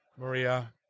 Maria